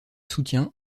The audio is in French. soutien